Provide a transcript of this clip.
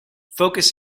focus